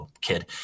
kid